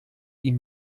ihm